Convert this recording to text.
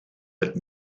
het